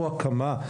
או הקמה.